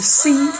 see